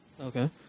okay